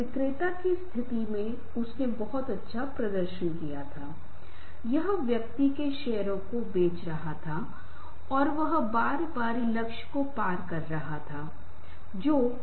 हमारी आंखों का संपर्क बहुत महत्वपूर्ण है हमारा स्पर्श व्यवहार दूसरों के साथ बात करते समय हम कितनी जगह बनाए रखते हैं और उसका उपयोग करते हैं